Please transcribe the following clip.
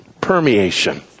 Permeation